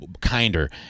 kinder